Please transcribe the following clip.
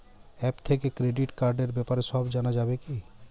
App থেকে credit কার্ডর ব্যাপারে সব জানা যাবে কি?